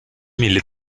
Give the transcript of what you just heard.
muy